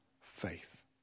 faith